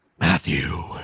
Matthew